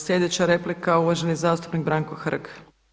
Sljedeća replika uvaženi zastupnik Branko Hrg.